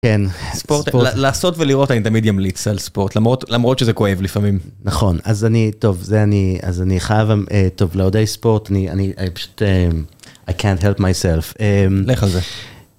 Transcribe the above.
ספורט, לעשות ולראות אני תמיד ימליץ על ספורט, למרות... למרות שזה כואב לפעמים. -נכון, אז אני... טוב, זה... אני ... אז אני חייב... טוב, לאוהדי ספורט אני... אני... פשוט, I can't help myself. -לך על זה